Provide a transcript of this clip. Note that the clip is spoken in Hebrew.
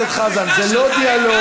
די,